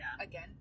Again